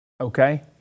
Okay